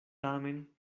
tamen